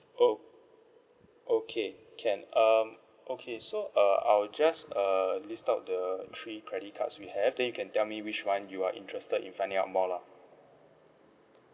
o~ okay can um okay so uh I will just uh list out the three credit cards we have then you can tell me which [one] you are interested in finding out more lah